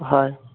হয়